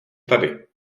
tady